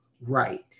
right